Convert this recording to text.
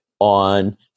on